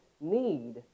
need